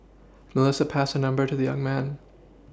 Melissa passed her number to the young man